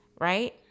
right